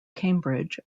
cambridge